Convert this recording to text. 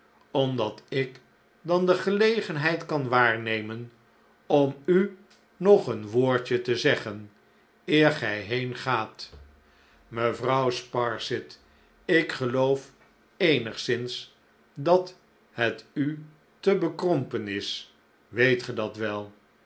omdat ik dan de gelegenheid kan waarnemen om u nog een woordje te zeggen eer gij heengaat mevrouw sparsit ik geloof eenigszins dat het u te bekrompen is weet ge dat wel